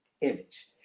image